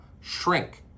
shrink